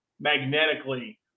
magnetically